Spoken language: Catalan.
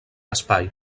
espai